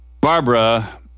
Barbara